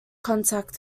contact